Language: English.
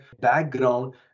background